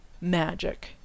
magic